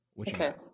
Okay